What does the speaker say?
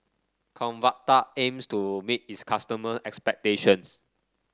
Convatec aims to meet its customer expectations